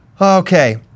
Okay